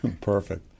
Perfect